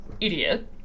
idiot